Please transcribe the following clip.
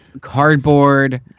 cardboard